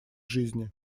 жизни